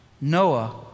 Noah